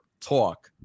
talk